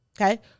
Okay